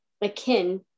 akin